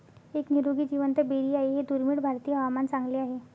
एक निरोगी जिवंत बेरी आहे हे दुर्मिळ भारतीय हवामान चांगले आहे